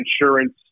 insurance